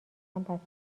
هستند